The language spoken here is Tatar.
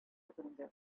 тотынды